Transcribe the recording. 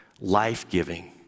life-giving